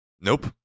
nope